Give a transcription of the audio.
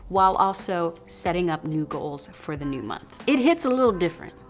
while also setting up new goals for the new month. it hits a little different.